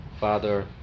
Father